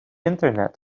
internet